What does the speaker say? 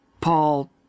Paul